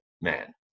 Man